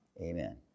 Amen